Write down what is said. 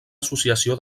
associació